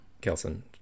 Kelson